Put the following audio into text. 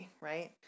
right